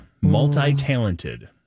multi-talented